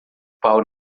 pau